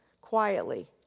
quietly